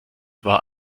war